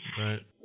Right